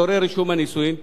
כי אמרתי שאין בעיה,